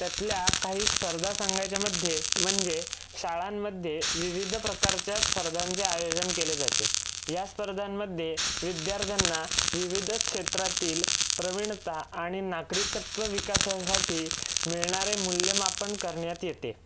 त्यातल्या काही स्पर्धा सांगायच्या मध्ये म्हणजे शाळांमध्ये विविध प्रकाच्या स्पर्धांचे आयोजन केले जाते या स्पर्धांमध्ये विद्यार्थ्यांना विविध क्षेत्रातील प्रविणता आणि नागरिकत्व विकासासाठी मिळणारे मूल्यमापन करण्यात येते